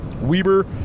Weber